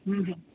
हूं हूं